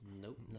Nope